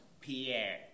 Pierre